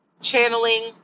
channeling